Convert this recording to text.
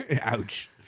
Ouch